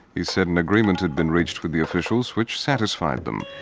he said an agreement had been reached with the officials which satisfied them.